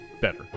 better